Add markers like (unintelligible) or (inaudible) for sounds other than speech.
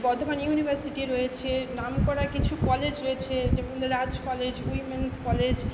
Bardhaman university রয়েছে নামকরা কিছু কলেজ রয়েছে (unintelligible) রাজ কলেজ উইমেনস কলেজ